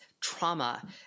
trauma